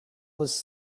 was